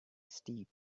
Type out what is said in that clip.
steep